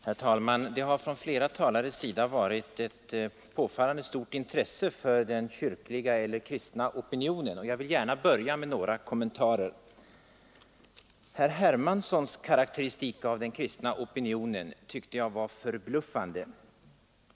Herr talman! Det har från flera talares sida visats ett påfallande stort intresse för den kristna opinionen i denna fråga, och jag vill gärna börja med några kommentarer till det. Herr Hermanssons karakteristik av den kristna opinionen tyckte jag var förbluffande.